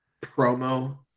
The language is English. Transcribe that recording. promo